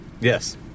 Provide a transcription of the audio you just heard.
yes